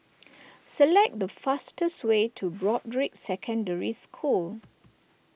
select the fastest way to Broadrick Secondary School